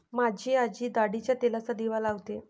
माझी आजी ताडीच्या तेलाचा दिवा लावते